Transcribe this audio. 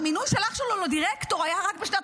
המינוי של אח שלו לדירקטור היה רק בשנת